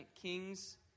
Kings